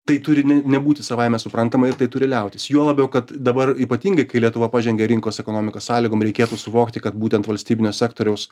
tai turi nebūti savaime suprantama ir tai turi liautis juo labiau kad dabar ypatingai kai lietuva pažengė rinkos ekonomikos sąlygom reikėtų suvokti kad būtent valstybinio sektoriaus